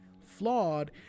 flawed